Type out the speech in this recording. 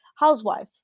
housewife